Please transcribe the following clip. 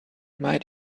might